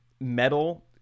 Metal